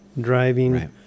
driving